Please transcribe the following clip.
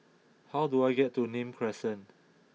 how do I get to Nim Crescent